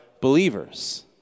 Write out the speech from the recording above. believers